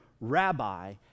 rabbi